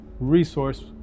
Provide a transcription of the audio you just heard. Resource